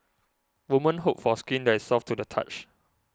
women hope for skin that is soft to the touch